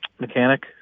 mechanic